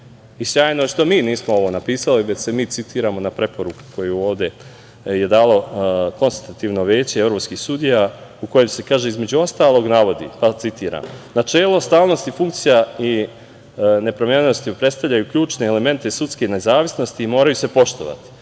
sjajno je što mi nismo ovo napisali, već se mi citiramo na preporuku koju je ovde dalo Konstitutivno veće evropskih sudija, a gde se kaže, između ostalog, citiram: „Načelo stalnosti funkcija i nepromenjivosti predstavljaju ključne elemente sudske nezavisnosti i moraju se poštovati.